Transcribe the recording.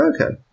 Okay